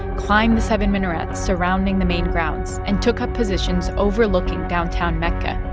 climbed the seven minarets surrounding the main grounds and took up positions overlooking downtown mecca.